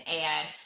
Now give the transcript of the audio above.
add